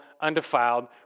undefiled